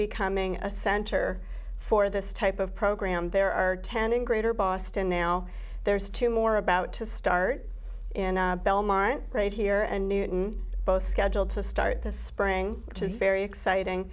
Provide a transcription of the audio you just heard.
becoming a center for this type of program there are ten in greater boston now there's two more about to start in belmont right here and newton both scheduled to start this spring which is very exciting